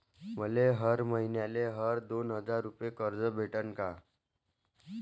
मले हर मईन्याले हर दोन हजार रुपये कर्ज भेटन का?